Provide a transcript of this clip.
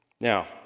Now